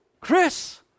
Chris